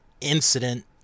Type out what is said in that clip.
incident